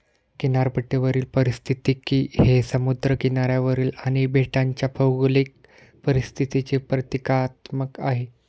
किनारपट्टीवरील पारिस्थितिकी हे समुद्र किनाऱ्यावरील आणि बेटांच्या भौगोलिक परिस्थितीचे प्रतीकात्मक आहे